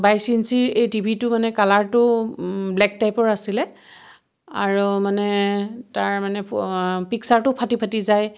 বাইছ ইঞ্চিৰ এই টিভিটো মানে কালাৰটো ব্লেক টাইপৰ আছিলে আৰু মানে তাৰ মানে পিকচাৰটো ফাটি ফাটি যায়